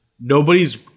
nobody's